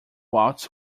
waltz